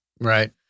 Right